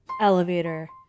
elevator